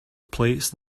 plates